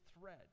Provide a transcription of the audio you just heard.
thread